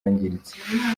yangiritse